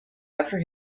after